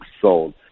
sold